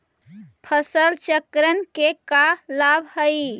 फसल चक्रण के का लाभ हई?